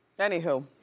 anyhoo.